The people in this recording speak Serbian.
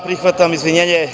Prihvatam izvinjenje.